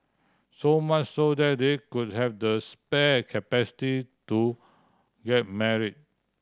so much so that they could have the spare capacity to get marry